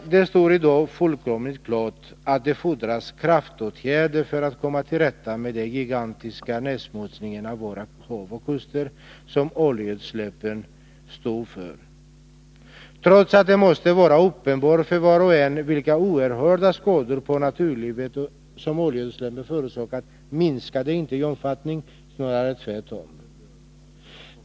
Det står i dag fullkomligt klart att det fordras kraftåtgärder för att komma till rätta med den gigantiska nedsmutsning av våra hav och kuster som oljeutsläppen står för. Trots att det måste vara uppenbart för var och en vilka oerhörda skador på naturlivet som oljeutsläppen förorsakar, minskar de inte i omfattning, snarare tvärtom.